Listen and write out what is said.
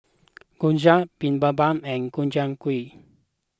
Gyoza Bibimbap and Gobchang Gui